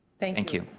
thank thank you,